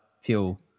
fuel